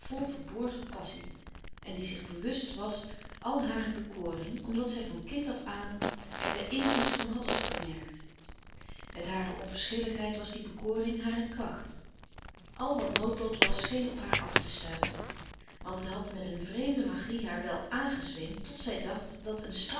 verborgen passie en die zich bewust was al hare bekoring omdat zij van kind af aan er den invloed van had opgemerkt met hare onverschilligheid was die bekoring hare kracht al wat noodlot was scheen op haar af te stuiten want het had met een vreemde magie haar wel aangezweemd tot zij dacht dat een straf